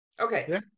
Okay